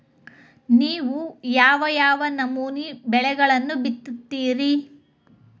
ನೇವು ಯಾವ್ ಯಾವ್ ನಮೂನಿ ಬೆಳಿಗೊಳನ್ನ ಬಿತ್ತತಿರಿ?